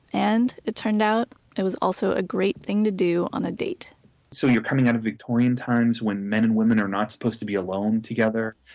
and it turned out it was also a great thing to do on a date so you're coming out of victorian times when men and women are not supposed to be alone together.